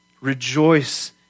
Rejoice